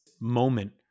moment